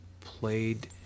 played